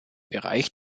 bereich